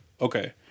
Okay